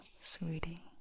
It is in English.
sweetie